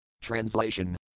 Translation